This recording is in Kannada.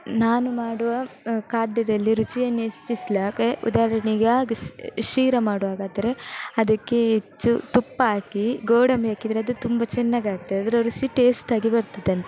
ನಾನು ಮಾಡುವ ಖಾದ್ಯದಲ್ಲಿ ರುಚಿಯನ್ನ ಹೆಚ್ಚಿಸಲಿಕೆ ಉದಾಹರಣೆಗೆ ಆಗಸ್ ಶೀರಾ ಮಾಡುವಾಗಾದರೆ ಅದಕ್ಕೆ ಹೆಚ್ಚು ತುಪ್ಪ ಹಾಕಿ ಗೋಡಂಬಿ ಹಾಕಿದರೆ ಅದು ತುಂಬ ಚೆನ್ನಾಗಾಗ್ತದೆ ಅದರ ರುಚಿ ಟೇಸ್ಟಾಗಿ ಬರ್ತದಂತ